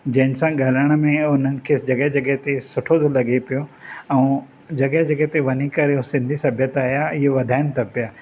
जंहिंसां घरण में ऐं उन्हनि खे जॻहि जॻहि ते सुठो थो लॻे पियो ऐं जॻहि जॻहि ते वञी करे उहे सिंधी सभ्यता इहो वधाइनि था पिया